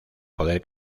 poder